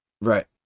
right